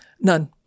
None